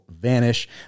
vanish